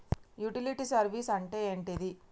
Utility service అంటే ఏంటిది?